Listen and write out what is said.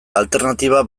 alternatiba